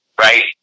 right